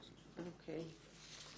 (הקרנת סרטון)